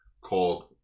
called